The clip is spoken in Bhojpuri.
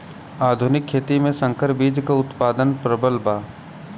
आधुनिक खेती में संकर बीज क उतपादन प्रबल बा